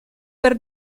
per